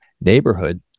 neighborhood